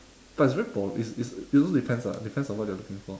but it's very pol~ it's it's it also depends ah depends on what you're looking for